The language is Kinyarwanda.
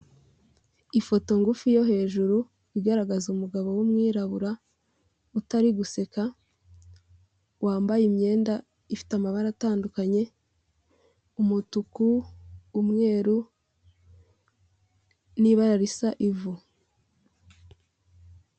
Ifoto ngufi yo hejuru igaragaza umugabo wu mwirabura utari guseka wambaye imyenda ifite amabara atandukanye umutuku umweru nibara risa ivu